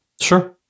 Sure